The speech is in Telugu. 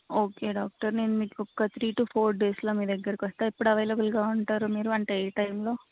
ఓకే డాక్టర్ నేను మీకొక్క త్రీ టు ఫోర్ డేస్లో మీ దగ్గరికి వస్తాను ఎప్పుడు అవైలబుల్గా ఉంటారు మీరు అంటే ఏ టైంలో